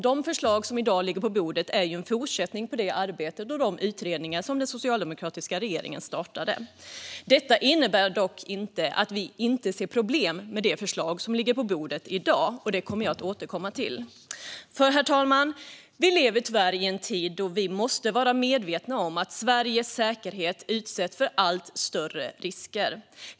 De förslag som i dag ligger på bordet är en fortsättning på det arbete och de utredningar som den socialdemokratiska regeringen startade. Detta innebär dock inte att vi inte ser problem med det förslag som ligger på bordet i dag. Det kommer jag att återkomma till. Herr talman! Vi lever tyvärr i en tid då vi måste vara medvetna om att Sveriges säkerhet utsätts för allt större risker.